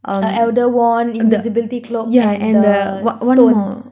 uh elder wand invisibility cloak and the what stone